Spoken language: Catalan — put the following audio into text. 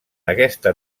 aquesta